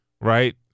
right